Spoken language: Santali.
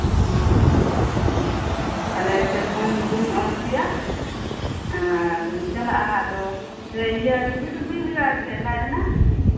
ᱦᱮᱸ ᱛᱟᱦᱞᱮ ᱥᱮᱨᱚᱢ ᱧᱩᱛᱩᱢ ᱤᱧ ᱚᱞ ᱦᱚᱪᱚᱭᱟ ᱮ ᱪᱟᱞᱟᱜᱼᱟ ᱟᱫᱚ ᱤᱭᱟᱹ ᱪᱷᱚᱵᱤ ᱴᱚᱵᱤ ᱦᱩᱭᱩᱜ ᱟᱥᱮ ᱞᱟᱡ ᱨᱮᱱᱟᱜ